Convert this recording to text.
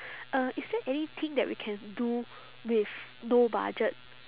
uh is there anything that we can do with no budget